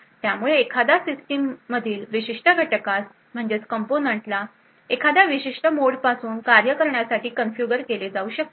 त्यामुळे एखादा सिस्टीम मधील विशिष्ट घटकास एखाद्या विशिष्ट मोडपासून कार्य करण्यासाठी कॉन्फिगर करू शकतो